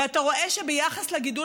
ואתה רואה שביחס לגידול